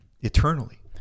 eternally